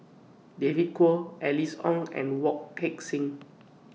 David Kwo Alice Ong and Wong Heck Sing